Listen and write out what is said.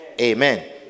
Amen